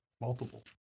Multiple